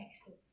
Exit